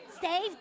save